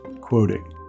quoting